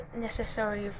necessary